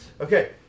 Okay